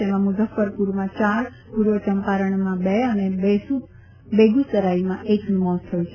તેમાં મુઝફફરપુરમાં ચાર પુર્વ ચંપારણમાં બે અને બેગુસરાઈમાં એકનું મોત થયું છે